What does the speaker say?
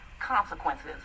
consequences